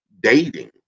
dating